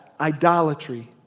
idolatry